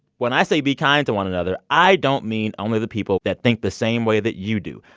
when i say be kind to one another, i don't mean only the people that think the same way that you do.